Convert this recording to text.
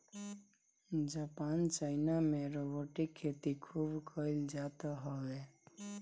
Japan China में robotic खेती खूब कईल जात हवे